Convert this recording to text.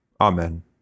Amen